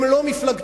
הם לא מפלגתיים,